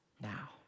now